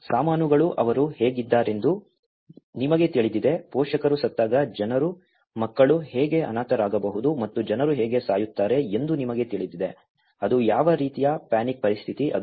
ಸಾಮಾನುಗಳು ಅವರು ಹೇಗಿದ್ದಾರೆಂದು ನಿಮಗೆ ತಿಳಿದಿದೆ ಪೋಷಕರು ಸತ್ತಾಗ ಜನರು ಮಕ್ಕಳು ಹೇಗೆ ಅನಾಥರಾಗಬಹುದು ಮತ್ತು ಜನರು ಹೇಗೆ ಸಾಯುತ್ತಾರೆ ಎಂದು ನಿಮಗೆ ತಿಳಿದಿದೆ ಅದು ಯಾವ ರೀತಿಯ ಪ್ಯಾನಿಕ್ ಪರಿಸ್ಥಿತಿ ಅದು